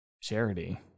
charity